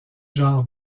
genre